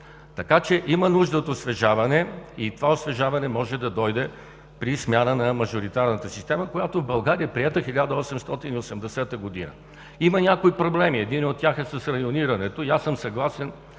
Така че има нужда от освежаване и това освежаване може да дойде при смяна на мажоритарната система, която в България е приета през 1880 година. Има някои проблеми. Единият от тях е с районирането. Тук съм съгласен